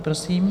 Prosím.